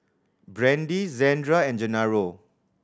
Brandie Zandra and Gennaro